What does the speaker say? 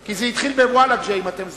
כי זה התחיל בוולג'ה, אם אתם זוכרים.